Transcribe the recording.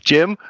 Jim